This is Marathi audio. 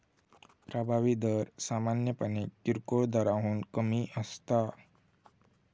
प्रभावी दर सामान्यपणे किरकोळ दराहून कमी असता